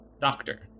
doctor